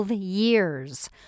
years